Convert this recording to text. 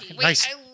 nice